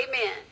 Amen